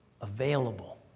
available